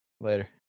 Later